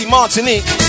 Martinique